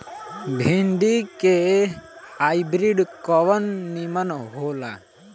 भिन्डी के हाइब्रिड कवन नीमन हो ला?